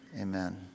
Amen